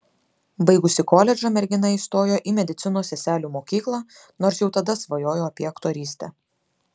baigusi koledžą mergina įstojo į medicinos seselių mokyklą nors jau tada svajojo apie aktorystę